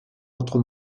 votre